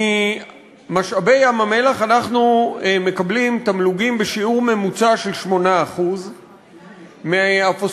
ממשאבי ים-המלח אנחנו מקבלים תמלוגים בשיעור ממוצע של 8%; מהפוספטים,